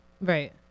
Right